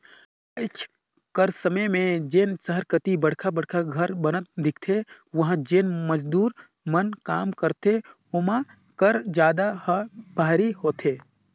आएज कर समे में जेन सहर कती बड़खा बड़खा घर बनत दिखथें उहां जेन मजदूर मन काम करथे ओमा कर जादा ह बाहिरी होथे